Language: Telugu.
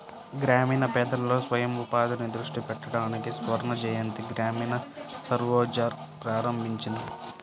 గ్రామీణ పేదలలో స్వయం ఉపాధిని దృష్టి పెట్టడానికి స్వర్ణజయంతి గ్రామీణ స్వరోజ్గార్ ప్రారంభించింది